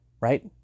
right